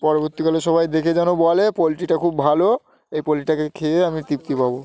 পরবর্তীকালে সবাই দেখে যেন বলে পোলট্রিটা খুব ভালো এই পোলট্রিটাকে খেয়ে আমি তৃপ্তি পাবো